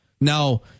Now